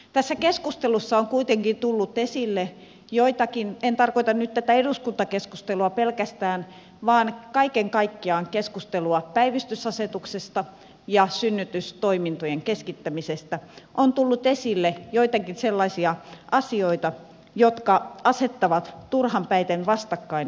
tässä keskustelussa on kuitenkin tullut esille joitakin en tarkoita nyt tätä eduskuntakeskustelua pelkästään vaan kaiken kaikkiaan keskustelua päivystysasetuksesta ja synnytystoimintojen keskittämisestä sellaisia asioita jotka asettavat turhanpäiten vastakkain erilaiset synnytysyksiköt